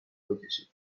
بکشید